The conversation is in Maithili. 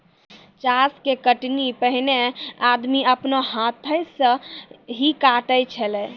चास के कटनी पैनेहे आदमी आपनो हाथै से ही काटै छेलै